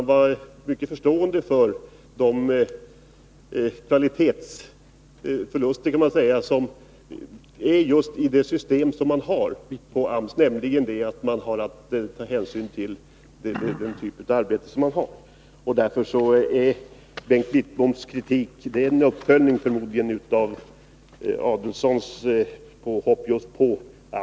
De var mycket förstående för de ”kvalitetsförluster” som man måste räkna med just i det system som AMS har på grund av den typ av arbeten som står till förfogande. Bengt Wittboms kritik är förmodligen en uppföljning av Ulf Adelsohns påhopp på just AMS.